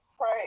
Right